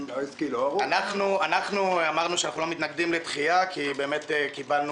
אנחנו אמרנו שאנחנו לא מתנגדים לדחייה כי באמת קיבלנו